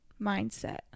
mindset